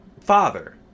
father